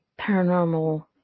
paranormal